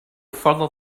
further